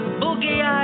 boogie